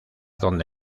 donde